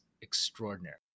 extraordinary